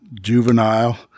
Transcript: juvenile